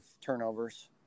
turnovers